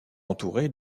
entouré